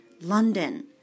London